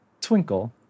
Twinkle